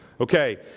Okay